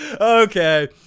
Okay